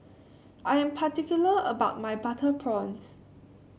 I am particular about my Butter Prawns